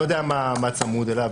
לא יודע מה צמוד אליו,